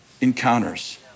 encounters